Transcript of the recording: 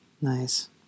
Nice